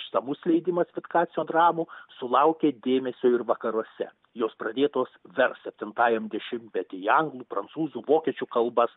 stambus lydimas vitkacio dramų sulaukė dėmesio ir vakaruose jos pradėtos verst septintajam dešimtmety į anglų prancūzų vokiečių kalbas